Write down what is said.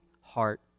heart